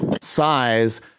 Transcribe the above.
size